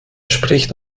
spricht